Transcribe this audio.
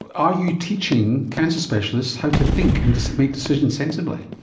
are you teaching cancer specialists how to think and make decisions sensibly?